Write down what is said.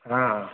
ହଁ